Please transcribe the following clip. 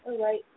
right